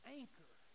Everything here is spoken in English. anchor